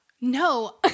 no